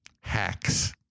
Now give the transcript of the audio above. hacks